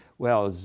well,